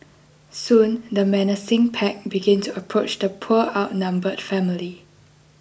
soon the menacing pack began to approach the poor outnumbered family